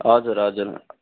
हजुर हजुर